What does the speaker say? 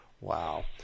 Wow